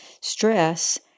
Stress